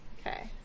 Okay